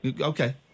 Okay